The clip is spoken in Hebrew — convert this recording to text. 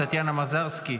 טטיאנה מזרסקי,